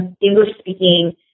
English-speaking